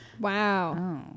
Wow